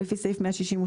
לפי סעיף 168(א)(4)